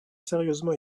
sérieusement